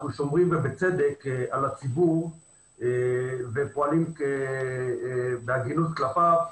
שומרים ובצדק על הציבור ופועלים בהגינות כלפיו,